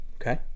okay